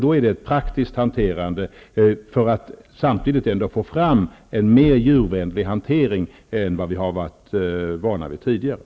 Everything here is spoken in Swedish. Det är en praktisk väg och en mer djurvänlig hantering än vad vi har varit vana vid tidigare.